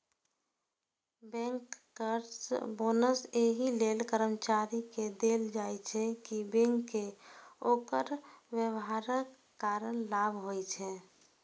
bankers bonus एहि लेल कर्मचारी कें देल जाइ छै, कि बैंक कें ओकर व्यवहारक कारण लाभ होइ छै